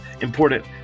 important